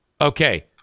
Okay